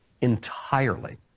entirely